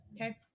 Okay